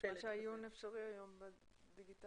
היום העיון אפשרי דיגיטלית.